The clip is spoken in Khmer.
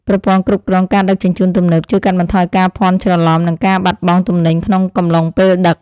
ប្រព័ន្ធគ្រប់គ្រងការដឹកជញ្ជូនទំនើប ជួយកាត់បន្ថយការភ័ន្តច្រឡំនិងការបាត់បង់ទំនិញក្នុងកំឡុងពេលដឹក។